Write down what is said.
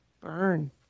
burn